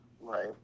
Right